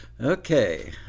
Okay